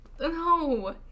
No